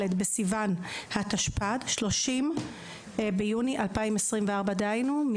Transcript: בסיוון התשפ"ד (30 ביוני 2024)". דהיינו,